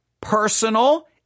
personal